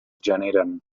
generen